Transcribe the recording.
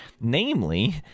namely